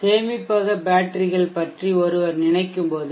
சேமிப்பக பேட்டரிகள் பற்றி ஒருவர் நினைக்கும் போது